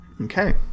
Okay